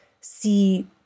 see